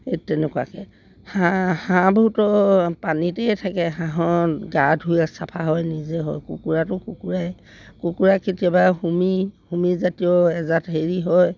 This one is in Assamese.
এই তেনেকুৱাকৈ হাঁহ হাঁহবোৰতো পানীতেই থাকে হাঁহৰ গা ধুই চাফা হয় নিজে হয় কুকুৰাটো কুকুৰাই কুকুৰা কেতিয়াবা হোমি হোমি জাতীয় এজাত হেৰি হয়